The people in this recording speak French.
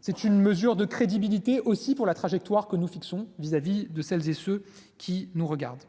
c'est une mesure de crédibilité aussi pour la trajectoire que nous fixons vis-à-vis de celles et ceux qui nous regardent.